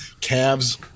calves